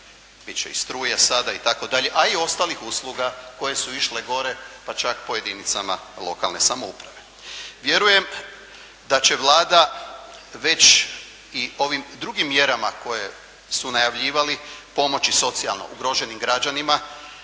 će i struje sada itd. a i ostalih usluga koje su išle gore, pa čak po jedinicama lokalne samouprave. Vjerujem da će Vlada već i ovim drugim mjerama koje su najavljivali pomoći socijalno ugroženim građanima,